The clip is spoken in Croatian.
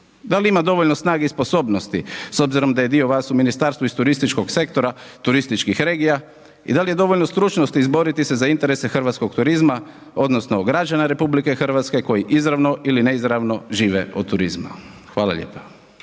Dal' ima dovoljno snage i sposobnosti s obzirom da je dio vas u ministarstvu iz turističkog sektora turističkih regija i dal' je dovoljno stručnosti izboriti se za interese hrvatskog turizma odnosno građana RH koji izravno ili neizravno žive od turizma, hvala lijepa.